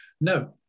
No